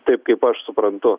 taip kaip aš suprantu